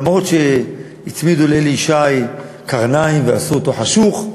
למרות שהצמידו לאלי ישי קרניים ועשו אותו חשוך,